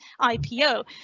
IPO